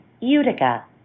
Utica